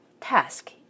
task